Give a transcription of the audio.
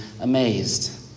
amazed